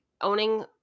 owning